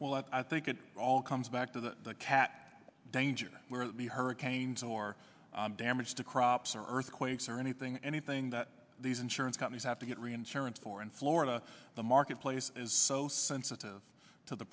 well i think it all comes back to the cat danger where the hurricane to more damage to crops or earthquakes or anything anything that these insurance companies have to get reinsurance for in florida the marketplace is so sensitive to the